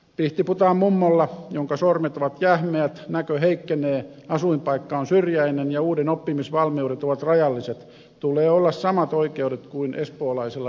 pihtiputaan mummolla jonka sormet ovat jähmeät näkö heikkenee asuinpaikka on syrjäinen ja valmiudet oppia uutta ovat rajalliset tulee olla samat oikeudet kuin espoolaisella nörtillä